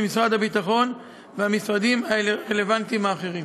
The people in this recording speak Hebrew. משרד הביטחון והמשרדים הרלוונטיים האחרים.